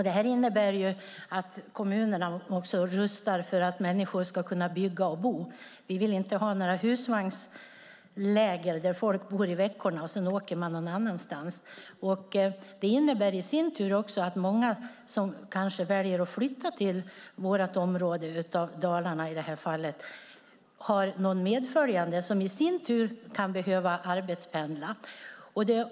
Detta innebär att kommunerna också rustar för att människor ska kunna bygga och bo. Vi vill inte ha några husvagnsläger där folk bor i veckorna och åker sedan åker någon annanstans. Det innebär i sin tur att många som väljer att flytta till, i det här fallet, vårt område i Dalarna har någon medföljande som i sin tur kan behöva arbetspendla.